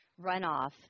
runoff